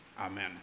Amen